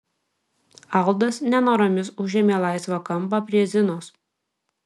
aldas nenoromis užėmė laisvą kampą prie zinos